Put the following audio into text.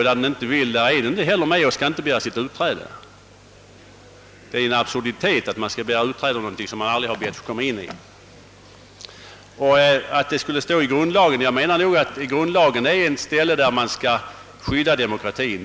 Där hon inte vill vara med skall hon heller inte vara med och därför inte behöva begära sitt utträde. Det är en absurditet att man skall begära utträde ur någonting som man aldrig begärt att få komma in i. Att jag vill få in en bestämmelse i grundlagen beror på att jag menar att grundlagen skall skydda demokratien.